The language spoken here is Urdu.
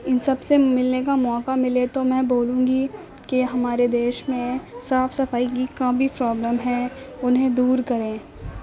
ان سب سے ملنے کا موقع ملے تو میں بولوں گی کہ ہمارے دیش میں صاف صفائی کی کا بھی پرابلم ہے انہیں دور کریں